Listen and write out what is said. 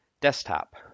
Desktop